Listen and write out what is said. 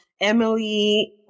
Emily